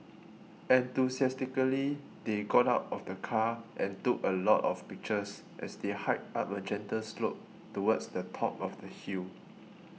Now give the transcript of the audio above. enthusiastically they got out of the car and took a lot of pictures as they hiked up a gentle slope towards the top of the hill